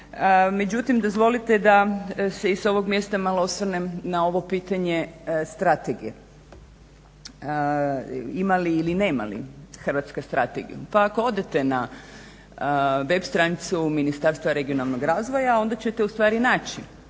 Međutim, dozvolite da se i s ovog mjesta malo osvrnem na ovo pitanje strategije. Ima li ili nema li Hrvatska strategiju? Pa ako odete na web stranicu Ministarstva regionalnog razvoja onda ćete ustvari naći